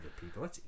people